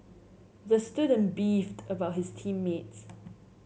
the student beefed about his team mates